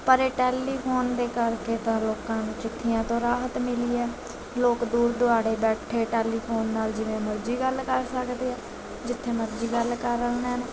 ਪਰ ਇਹ ਟੈਲੀਫੋਨ ਦੇ ਕਰਕੇ ਤਾਂ ਲੋਕਾਂ ਨੂੰ ਚਿੱਠੀਆਂ ਤੋਂ ਰਾਹਤ ਮਿਲੀ ਹੈ ਲੋਕ ਦੂਰ ਦੁਰਾਡੇ ਬੈਠੇ ਟੈਲੀਫੋਨ ਨਾਲ ਜਿਵੇਂ ਮਰਜ਼ੀ ਗੱਲ ਕਰ ਸਕਦੇ ਆ ਜਿੱਥੇ ਮਰਜ਼ੀ ਗੱਲ ਕਰ ਲੈਣ